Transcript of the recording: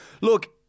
Look